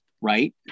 Right